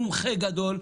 מומחה גדול,